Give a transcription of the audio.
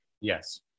Yes